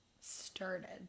started